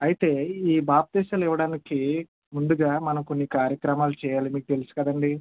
అయితే ఈ బాప్తీసాలు ఇవ్వడానికి ముందుగా మనం కొన్ని కార్యక్రమాలు చెయ్యాలి మీకు తెలుసు కదండీ